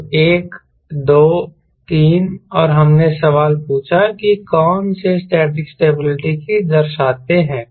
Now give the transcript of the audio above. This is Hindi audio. तो 1 2 3 और हमने सवाल पूछा कि कौन से स्टैटिक स्टेबिलिटी को दर्शाते हैं